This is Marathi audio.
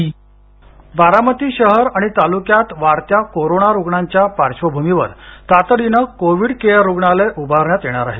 बारामती रुग्णालय बारामती शहर आणि तालुक्यात वाढत्या कोरोना रुग्णांच्या पार्श्वभूमीवर तातडीने कोविड केअर रुग्णालय उभारण्यात येणार आहे